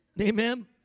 Amen